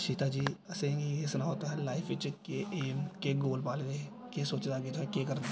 अशिता जी असें ई एह् सनाओ तुसें लाइफ बिच केह् ऐम केह् गोल पाले दे केह् सोचे दा तुसें अग्गें केह् करना